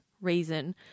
reason